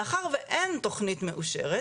מאחר ואין תכנית מאושרת,